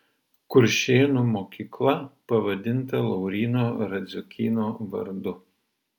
kuršėnų mokykla pavadinta lauryno radziukyno vardu